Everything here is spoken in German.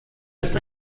ist